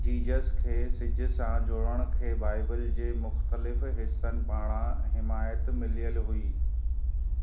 Jesus खे सिॼ सां जोड़ण खे बाइबिल जे मुख़्तलिफ़ हिसनि पारां हिमायत मिलियलु हुई